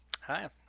Hi